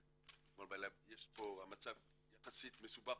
המצב בפריז יחסית מסובך,